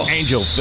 Angel